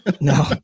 No